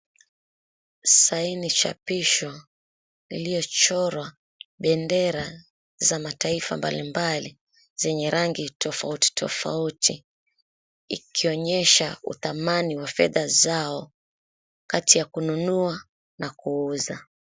Saini chapisho iliyochorwa bendera za mataifa mbali mbali zenye rangi tofauti tofauti, ikionyesha uthamani wa fedha zao kati ya kununua na kuuza.